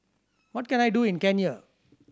what can I do in Kenya